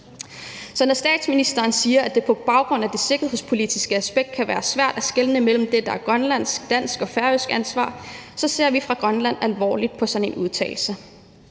når statsministeren siger, at det på baggrund af det sikkerhedspolitiske aspekt kan være svært at skelne mellem det, der er grønlandsk, dansk og færøsk ansvar, så ser vi fra Grønlands side alvorligt på sådan en udtalelse.